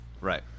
Right